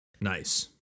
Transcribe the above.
Nice